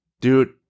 Dude